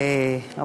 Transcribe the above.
תודה רבה לך,